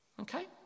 Okay